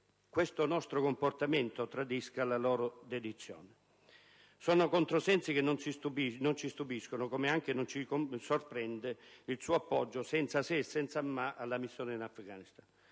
questo nostro comportamento tradisca la loro dedizione. Sono controsensi che non ci stupiscono, come anche non ci sorprende il suo appoggio senza se e senza ma alla missione in Afghanistan.